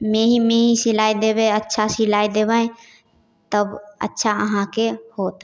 मेँही मेँही सिलाइ देबै अच्छा सिलाइ देबै तब अच्छा अहाँके होत